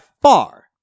far